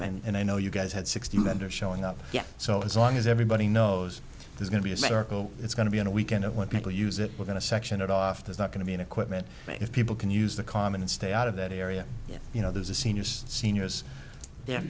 hit and i know you guys had sixteen under showing up yet so as long as everybody knows there's going to be a circle it's going to be on a weekend when people use it we're going to section it off there's not going to be an equipment if people can use the common and stay out of that area if you know there's a senior seniors